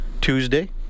Tuesday